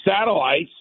satellites